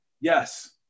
Yes